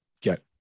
get